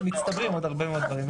מצטברים עוד הרבה מאוד דברים.